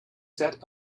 set